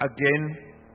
Again